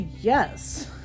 yes